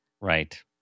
Right